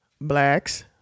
blacks